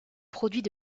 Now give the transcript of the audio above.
produits